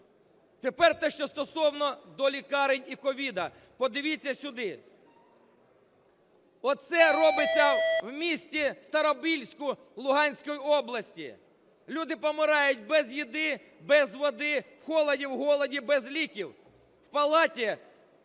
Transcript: Тепер те, що стосовно до лікарень і COVID. Подивіться сюди. Оце робиться в місті Старобільську Луганської області. Люди помирають без їжі, без води, в холоді, в голоді, без ліків. Прямо в палаті